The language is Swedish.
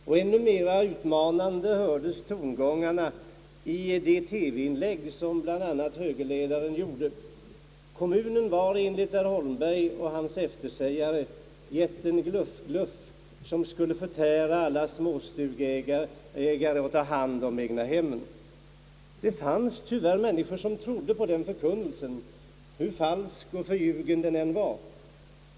Och ännu mera utmanande hördes tongångarna i högerledarens TV inlägg inför valspurten, Kommunen var enligt herr Holmberg och hans eftersägare jätten »Gluff-gluff» som skulle »förtära» alla småstugeägare och ta hand om egnahemmen, Det fanns tyvärr människor som trodde på denna förkunnelse, hur falsk och förljugen den än var.